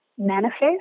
manifest